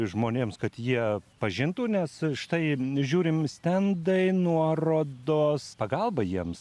žmonėms kad jie pažintų nes štai žiūrim stendai nuorodos pagalba jiems